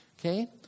Okay